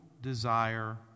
desire